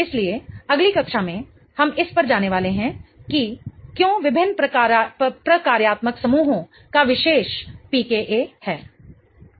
इसलिए अगली कक्षा में हम इस पर जाने वाले हैं कि क्यों विभिन्न प्रकार्यात्मक समूहों का विशेष pKa है